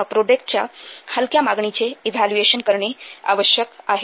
मग प्रोडक्टच्या हलक्या मागणीचे इव्हॅल्युएशन करणे आवश्यक आहे